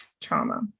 trauma